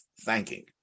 thanking